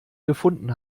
gefunden